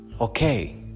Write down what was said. okay